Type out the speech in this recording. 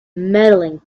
medaling